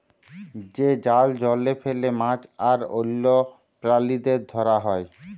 যে জাল জলে ফেলে মাছ আর অল্য প্রালিদের ধরা হ্যয়